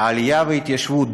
העלייה וההתיישבות.